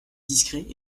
discret